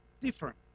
different